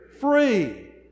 Free